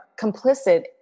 complicit